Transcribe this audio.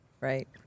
right